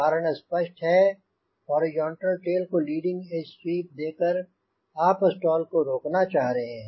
कारण स्पष्ट है हॉरिजॉन्टल टेल को लीडिंग एज स्वीप देकर आप स्टॉल को रोकना चाह रहे हैं